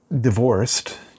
divorced